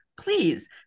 Please